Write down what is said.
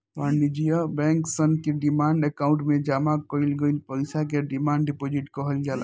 वाणिज्य बैंक सन के डिमांड अकाउंट में जामा कईल गईल पईसा के डिमांड डिपॉजिट कहल जाला